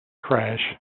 crash